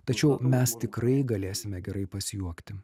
tačiau mes tikrai galėsime gerai pasijuokti